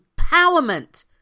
empowerment